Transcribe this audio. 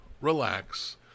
relax